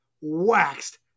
waxed